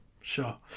sure